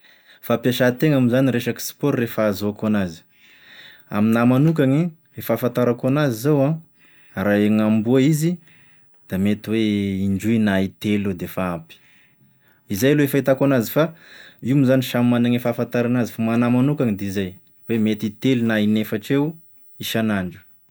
Fampiasan-tena moa zany resaka sport re fahazaoko an'azy, amin'ahy manokany ny fahafanatarako an'azy zao an ragne gn'amboa izy da mety ho indroy na intelo eo defa ampy, izay aloha i fahitako an'azy fa io mo zany samy managny fahafantarany an'azy fa amin'ny agnah manokana de zay hoe mety intelo na in'efatra eo isan'andro.